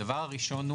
הדבר הראשון,